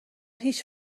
هیچ